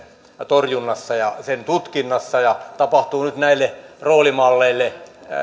torjunnassa ja sen tutkinnassa ja nyt tapahtuu näille roolimalleille se että